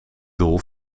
doel